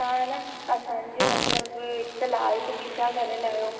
तव्हां न असांजी मतिलब हिकु लार्ज पिज़्ज़ा करे लाहियो